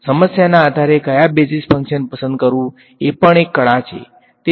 તેથી સમસ્યાના આધારે કયા બેઝિક ફંક્શન પસંદ કરવું એ પણ એક કળા છે